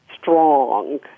strong